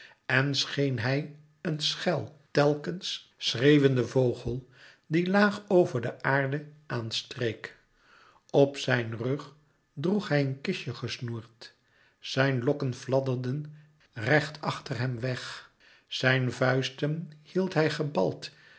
en scheen hij een schel telkens schreeuwende vogel die laag over de aarde aan streek op zijn rug droeg hij een kistje gesnoerd zijn lokken fladderden recht achter hem weg zijn vuisten hield hij gebald